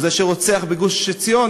או זה שרוצח בגוש-עציון,